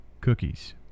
cookies